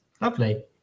lovely